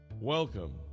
Welcome